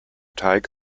teig